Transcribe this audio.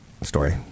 story